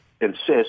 insist